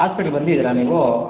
ಹಾಸ್ಪಿಟ್ಲಿಗೆ ಬಂದಿದ್ದಿರಾ ನೀವು